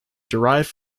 derived